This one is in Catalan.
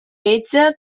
metge